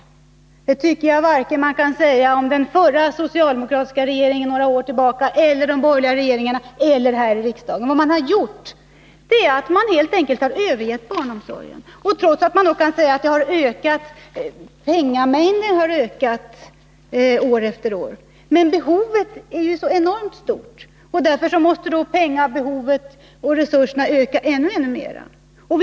Det tycker jag inte att man har gjort vare sig i den förra socialdemokratiska regeringen för några år sedan, i de borgerliga regeringarna eller här i riksdagen. Det man gjort är helt enkelt att man har övergett barnomsorgen. Man kan visserligen säga att penningmängden har ökat år efter år, men behovet är ju så enormt stort. Därför måste penningmängden och resurserna öka ännu mycket mera.